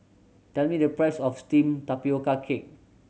tell me the price of steamed tapioca cake